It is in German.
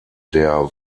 der